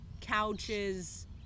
couches